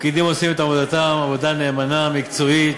פקידים עושים את עבודתם, עבודה נאמנה, מקצועית.